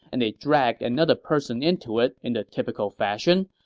and they dragged another person into it in the typical fashion,